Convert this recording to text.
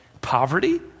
Poverty